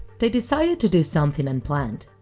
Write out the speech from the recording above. they decided to do something unplanned,